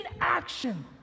action